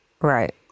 Right